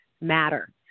Matter